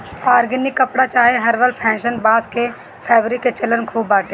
organic कपड़ा चाहे herbal fashion, बांस के फैब्रिक के चलन खूब बाटे